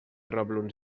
reblons